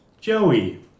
Joey